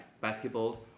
basketball